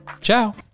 Ciao